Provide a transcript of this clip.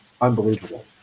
unbelievable